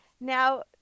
Now